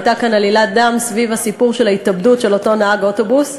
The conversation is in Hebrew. הייתה כאן עלילת דם סביב הסיפור של ההתאבדות של אותו נהג אוטובוס.